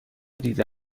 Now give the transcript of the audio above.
دیده